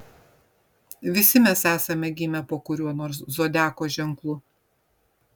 visi mes esame gimę po kuriuo nors zodiako ženklu